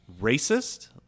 Racist